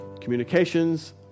communications